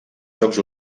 jocs